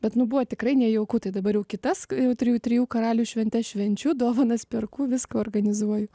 bet nu buvo tikrai nejauku tai dabar jau kitas jau trijų trijų karalių šventes švenčiu dovanas perku viską organizuoju